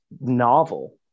novel